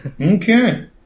Okay